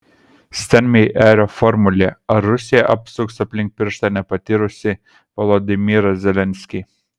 steinmeierio formulė ar rusija apsuks aplink pirštą nepatyrusį volodymyrą zelenskį